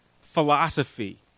philosophy